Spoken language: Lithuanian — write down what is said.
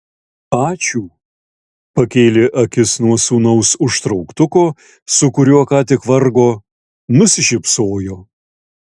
ačiū pakėlė akis nuo sūnaus užtrauktuko su kuriuo ką tik vargo nusišypsojo